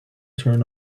turn